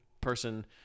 person